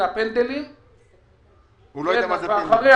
זה כבר אחרי,